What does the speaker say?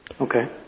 Okay